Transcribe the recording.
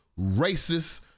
racist